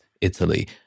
Italy